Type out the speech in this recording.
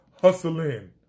hustling